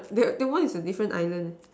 that that one is a different island